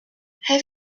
have